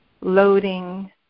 loading